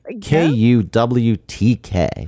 K-U-W-T-K